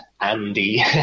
Andy